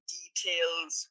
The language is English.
details